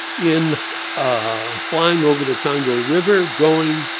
in ah flying over the congo river going,